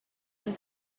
and